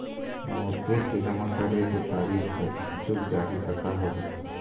मोर किस्त जमा करे के तारीक हर चूक जाही ता का होही?